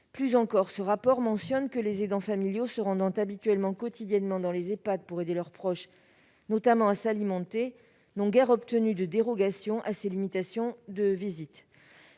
Plus encore, ce rapport mentionne que les aidants familiaux se rendant habituellement quotidiennement dans les Ehpad, notamment pour aider leurs proches à s'alimenter, n'ont guère obtenu de dérogations à ces limitations de visites.